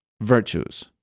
virtues